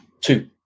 Two